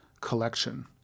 collection